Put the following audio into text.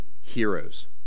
heroes